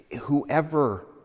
whoever